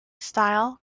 style